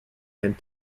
and